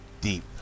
deep